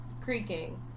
creaking